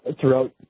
throughout